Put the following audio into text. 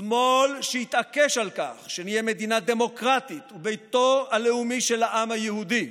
שמאל שיתעקש על כך שנהיה מדינה דמוקרטית וביתו הלאומי של העם היהודי,